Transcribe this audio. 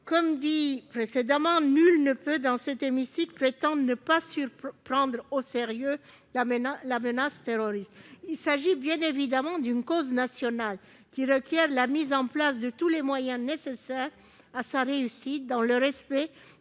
indiqué précédemment, nul ne peut dans cet hémicycle prétendre ne pas prendre au sérieux la menace terroriste. Il s'agit bien évidemment d'une cause nationale, qui requiert la mise en place de tous les moyens nécessaires à sa réussite, dans le respect